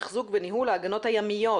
תיחזוק וניהול ההגנות הימיות,